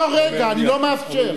השר, השר, לא לא לא, רגע, אני לא מאפשר.